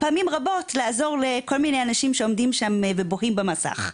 פעמים רבות לעזור לכל מיני אנשים שעומדים שם ובוהים במסך.